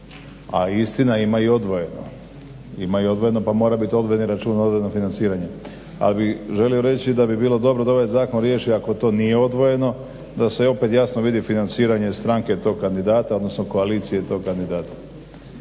a istina ima i odvojeno, ima i odvojeno pa mora biti odvojeni račun, odvojeno financiranje. Ali bi želio reći da bi bilo dobro da ovaj zakon riješi, ako to nije odvojeno, da se opet jasno vidi financiranje stranke tog kandidata, odnosno koalicije i tog kandidata.